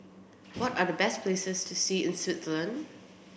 what are the best places to see in Switzerland